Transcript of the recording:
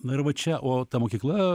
na ir va čia o ta mokykla